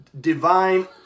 divine